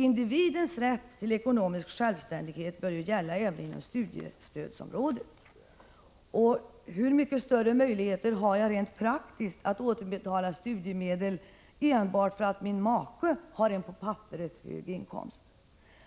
Individens rätt till ekonomisk självständighet bör ju gälla även inom studiestödsområdet. Hur mycket större möjligheter har jag rent praktiskt att återbetala studiemedel enbart för att min make har en på papperet hög inkomst?